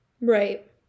right